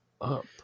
up